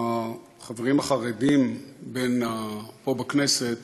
החברים החרדים פה בכנסת